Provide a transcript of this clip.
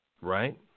Right